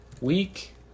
Week